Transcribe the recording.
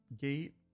gate